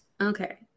Okay